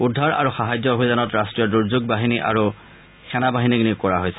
উদ্ধাৰ আৰু সাহায্য অভিযানত ৰাষ্ট্ৰীয় দুৰ্যোগ বাহিনী আৰু সেনাবাহিনীক নিয়োগ কৰা হৈছে